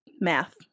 math